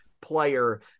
player